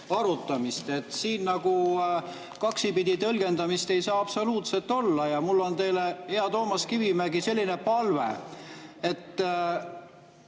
Siin kaksipidi tõlgendamist ei saa absoluutselt olla ja mul on teile, hea Toomas Kivimägi, selline palve.